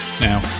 Now